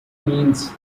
means